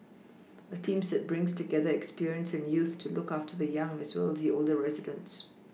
a team that brings together experience and youth to look after the young as well as the older residents